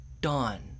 Dawn